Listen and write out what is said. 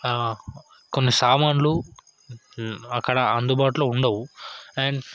కొన్ని సామాన్లు అక్కడ అందుబాటులో ఉండవు అండ్